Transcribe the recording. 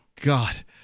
God